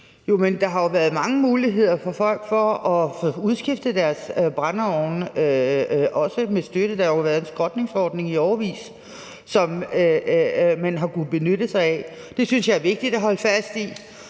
der har jo været mange muligheder for folk for at få udskiftet deres brændeovne – også med støtte. Der har jo været en skrotningsordning i årevis, som man har kunnet benytte sig af. Det synes jeg er vigtigt at holde fast i.